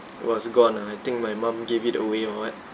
it was gone ah I think my mum gave it away or what